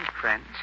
Friends